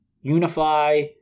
unify